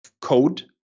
code